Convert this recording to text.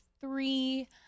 three